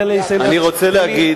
אני רוצה להגיד,